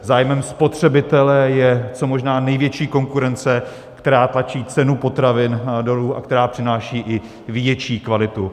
Zájmem spotřebitele je co možná největší konkurence, která tlačí cenu potravin dolů a která přináší i větší kvalitu.